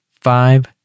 five